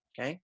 Okay